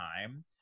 time